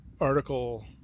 article